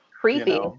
Creepy